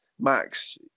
Max